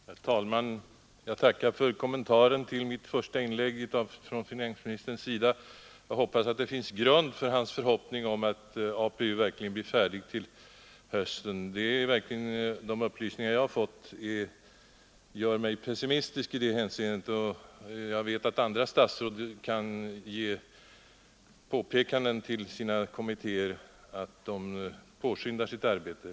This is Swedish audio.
Herr talman! Jag tackar för finansministerns kommentar till mitt första inlägg. Jag hoppas att det verkligen finns grund för hans uttalande att alkoholpolitiska utredningen blir färdig till hösten — de upplysningar jag har fått gör mig dock pessimistisk i det hänseendet. Jag vet att andra statsråd kan göra påpekanden till sina kommittéer och be dem påskynda sitt arbete.